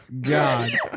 God